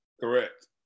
Correct